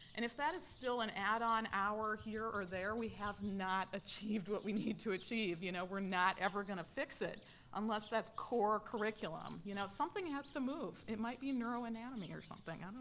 and if that is still an an add-on hour here or there, we have not achieved what we need to achieve. you know we're not ever gonna fix it unless that's core curriculum. you know something has to move. it might be neuroanatomy or something,